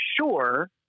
sure—